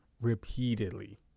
repeatedly